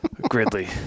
Gridley